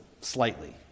slightly